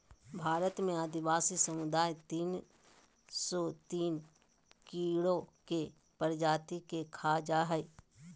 भारत में आदिवासी समुदाय तिन सो तिन कीड़ों के प्रजाति के खा जा हइ